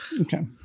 Okay